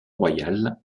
royales